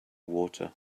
water